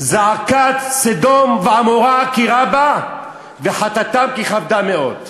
"זעקת סדֹם ועמֹרה כי רבה וחטאתם כי כבדה מאֹד".